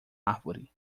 árvore